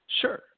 Sure